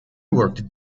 worked